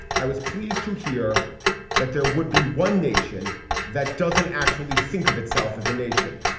i was pleased to hear that there would be one nation that doesn't actually think of itself as a nation.